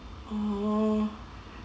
oh